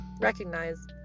recognize